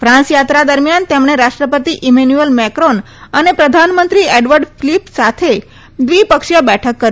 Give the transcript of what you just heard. ફ્રાંસયાત્રા દરમિયાન તેમણે રાષ્ટ્રપતિ ઈમેન્યુએલ મેક્રોન અને પ્રધાનમંત્રી એડવર્ડ ફલીપ સાથે દ્વિપક્ષીય બેઠક કરી